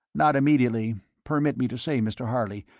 not immediately. permit me to say, mr. harley,